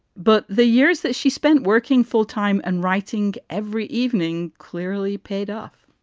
but the years that she spent working full time and writing every evening clearly paid off